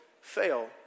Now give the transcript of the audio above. fail